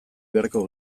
beharko